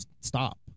stop